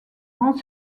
rend